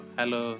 Hello